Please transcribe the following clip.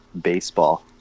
baseball